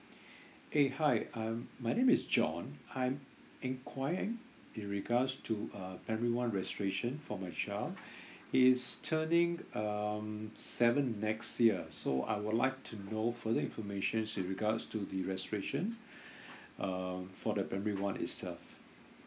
eh hi um my name is john I'm inquiring in regards to uh primary one registration for my child he's turning um seven next year so I would like to know further information with regards to the registration um for the primary one itself